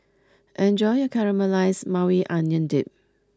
enjoy your Caramelized Maui Onion Dip